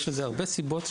יש לזה הרבה סיבות,